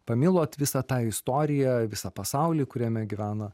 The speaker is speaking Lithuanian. pamilot visą tą istoriją visą pasaulį kuriame gyvena